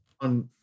on